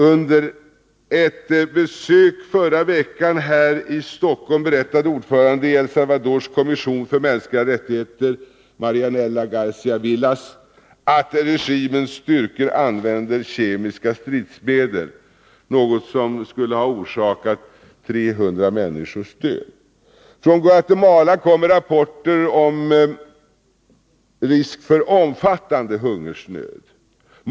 Under ett besök i förra veckan här i Stockholm berättade ordföranden i El Salvadors kommission för mänskliga rättigheter, Marianella Garcia-Villas, att regimens styrkor använder kemiska stridsmedel, något som skulle ha orsakat 300 människors död. Från Guatemala kommer rapporter om fara för omfattande hungersnöd.